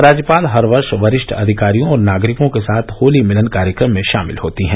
राज्यपाल हर वर्ष वरिष्ठ अधिकारियों और नागरिकों के साथ होली मिलन कार्यक्रम में शामिल होती हैं